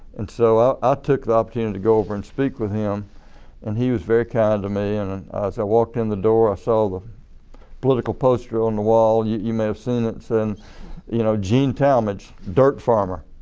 and so i took the opportunity to go over and speak with him and he was very kind to me. and as i walked in the door, i saw the political poster on wall you may have seen it and you know gene talmadge, dirt farmer.